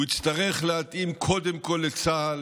הוא יצטרך להתאים קודם כול לצה"ל,